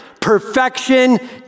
Perfection